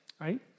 right